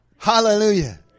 Hallelujah